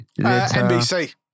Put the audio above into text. nbc